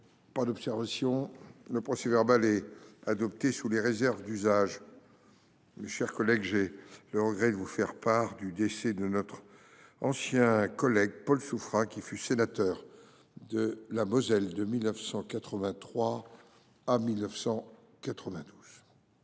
pas d’observation ?… Le procès verbal est adopté sous les réserves d’usage. Mes chers collègues, j’ai le regret de vous faire part du décès de notre ancien collègue Paul Souffrin, qui fut sénateur de la Moselle de 1983 à 1992.